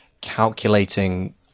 calculating